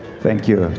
thank you,